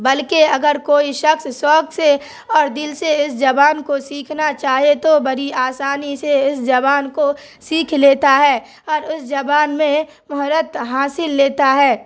بلکہ اگر کوئی شخص شوق سے اور دل سے اس زبان کو سیکھنا چاہے تو بڑی آسانی سے اس زبان کو سیکھ لیتا ہے اور اس زبان میں مہارت حاصل لیتا ہے